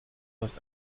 hast